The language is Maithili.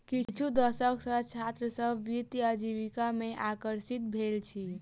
किछु दशक सॅ छात्र सभ वित्तीय आजीविका में आकर्षित भेल अछि